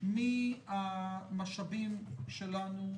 מהמשאבים שלנו,